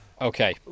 Okay